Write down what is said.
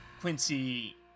Quincy